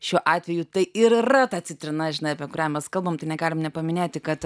šiuo atveju tai ir yra ta citrina žinai apie kurią mes kalbam tai negalim nepaminėti kad